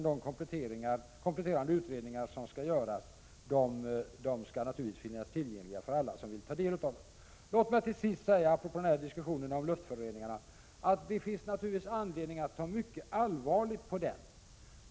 De kompletterande utredningar som skall göras skall naturligtvis finnas tillgängliga för alla som vill ta del av dem. Låt mig till sist, apropå diskussionen om luftföroreningarna, säga att det naturligtvis finns anledning att ta mycket allvarligt på det problemet.